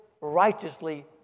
righteously